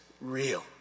real